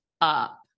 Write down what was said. up